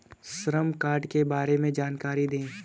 श्रम कार्ड के बारे में जानकारी दें?